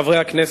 חברי הכנסת,